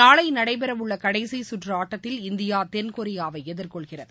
நாளை நடைபெற உள்ள கடைசி சுற்று ஆட்டத்தில் இந்தியா தென்கொரியாவை எதிர்கொள்கிறது